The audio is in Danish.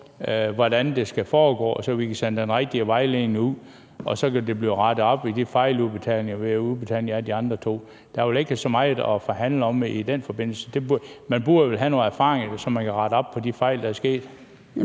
hvordan det skal foregå, at vi kan sende den rigtige vejledning ud, og så kan den fejl, der blev begået med den første udbetaling, blive rettet op ved de andre to udbetalinger? Der er vel ikke så meget at forhandle om i den forbindelse. Man burde vel have nogle erfaringer, så man kunne rette op på de fejl, der er sket.